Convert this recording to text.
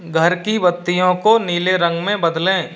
घर की बत्तियों को नीले रंग में बदलें